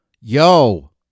Yo